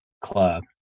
Club